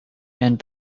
and